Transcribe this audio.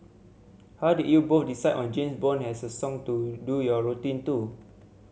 how did you both decide on James Bond as a song to do your routine to